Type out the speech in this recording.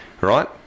right